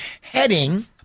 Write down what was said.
heading